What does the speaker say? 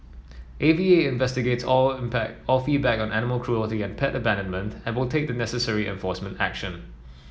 A V A investigates all all feedback on animal cruelty and pet abandonment able take the necessary enforcement action